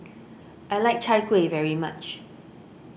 I like Chai Kuih very much